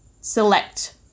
select